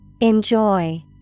Enjoy